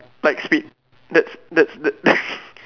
like spit that's that's that